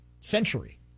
century